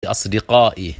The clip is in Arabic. أصدقائي